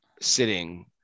sitting